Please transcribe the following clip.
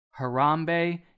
Harambe